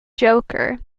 joker